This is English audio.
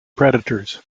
predators